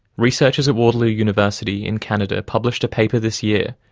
researchers at waterloo university in canada published a paper this year,